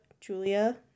Julia